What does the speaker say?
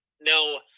no